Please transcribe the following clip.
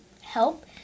help